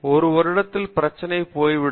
ஒரு வருடதில் பிரச்சனை போய்விடும்